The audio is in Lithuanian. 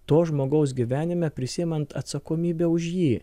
to žmogaus gyvenime prisiimant atsakomybę už jį